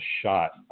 shot